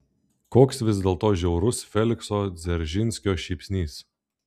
koks vis dėlto žiaurus felikso dzeržinskio šypsnys